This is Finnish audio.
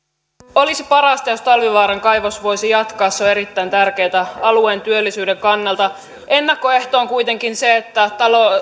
olisi parasta jos talvivaaran kaivos voisi jatkaa se on erittäin tärkeätä alueen työllisyyden kannalta ennakkoehto on kuitenkin se että